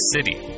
City